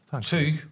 Two